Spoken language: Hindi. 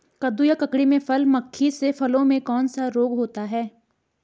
कद्दू या ककड़ी में फल मक्खी से फलों में कौन सा रोग होता है?